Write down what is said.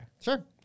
Sure